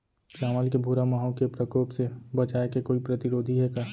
चांवल के भूरा माहो के प्रकोप से बचाये के कोई प्रतिरोधी हे का?